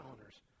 owners